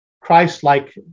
Christ-like